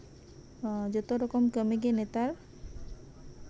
ᱡᱚᱛᱚ ᱨᱚᱠᱚᱢ ᱠᱟᱹᱢᱤ ᱜᱮ ᱱᱮᱛᱟᱨ